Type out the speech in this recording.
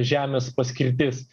žemės paskirtis